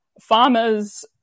farmers